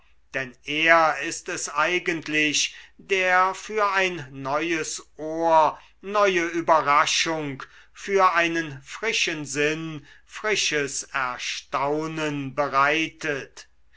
denn er ist es eigentlich der für ein neues ohr neue überraschung für einen frischen sinn frisches erstaunen bereitet